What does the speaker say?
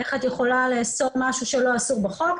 איך את יכולה לאסור משהו שלא אסור בחוק?